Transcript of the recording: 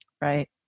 Right